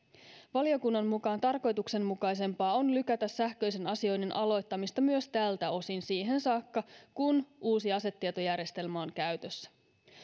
valiokunnan mukaan tarkoituksenmukaisempaa on lykätä sähköisen asioinnin aloittamista myös tältä osin siihen saakka kun uusi asetietojärjestelmä on käytössä